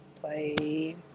Play